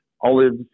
olives